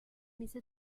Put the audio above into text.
میز